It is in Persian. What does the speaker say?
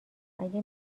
اگه